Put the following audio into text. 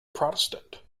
protestant